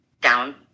down